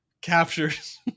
captures